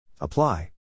Apply